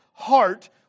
Heart